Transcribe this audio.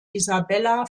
isabella